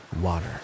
water